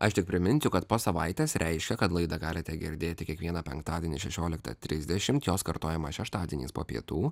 aš tik priminsiu kad po savaitės reiškia kad laidą galite girdėti kiekvieną penktadienį šešioliktą trisdešimt jos kartojimą šeštadieniais po pietų